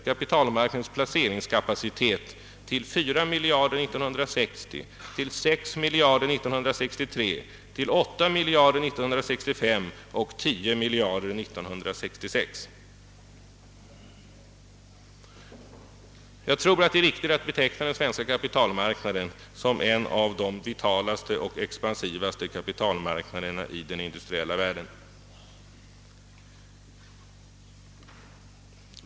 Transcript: Kapitalmarknadens place ringskapacitet steg till 4 miljarder 1960, till 6 miljarder 1963, till 8 miljarder 1965 och 10 miljarder 1966. Jag tror att det är riktigt att beteckna den svenska kapitalmarknaden som en av de vitalaste och expansivaste kapitalmarknaderna i den industriella världen.